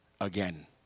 again